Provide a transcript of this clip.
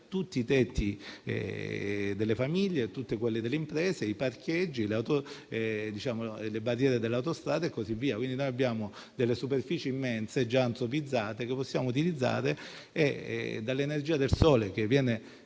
tutti i tetti delle famiglie, delle imprese, i parcheggi, le barriere dell'autostrada e così via? Abbiamo delle superfici immense, già antropizzate, che possiamo utilizzare; dall'energia del sole, che è